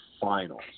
finals